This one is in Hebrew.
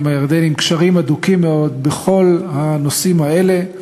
הירדניים קשרים הדוקים מאוד בכל הנושאים האלה.